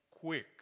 quick